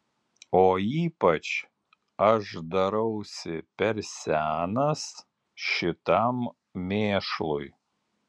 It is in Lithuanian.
o ypač aš darausi per senas šitam mėšlui